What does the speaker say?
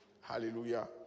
hallelujah